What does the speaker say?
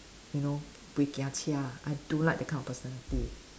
you know buay gia chia I don't like that kind of personality